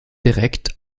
direkt